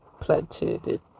planted